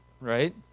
right